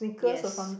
yes